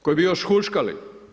Koji bi još huškali.